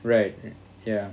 right ya